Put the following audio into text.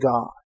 God